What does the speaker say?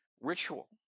ritual